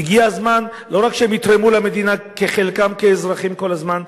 הגיע הזמן לא רק שהם יתרמו למדינה את חלקם כאזרחים כל הזמן,